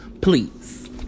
Please